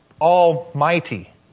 almighty